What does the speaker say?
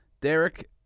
Derek